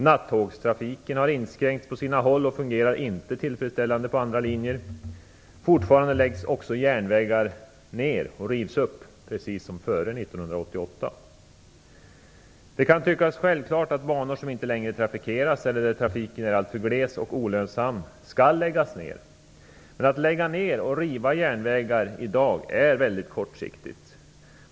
Nattågstrafiken har inskränkts på sina håll och fungerar inte tillfredsställande på andra linjer. Fortfarande läggs också järnvägar ner och rivs upp, precis som före 1988. Det kan tyckas självklart att banor som inte längre trafikeras eller där trafiken är alltför gles och olönsam skall läggas ner. Men att lägga ner och riva upp järnvägar i dag är mycket kortsiktigt.